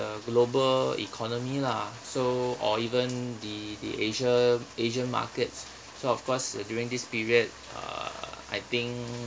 global economy lah so or even the the asia asian markets so of course during this period uh I think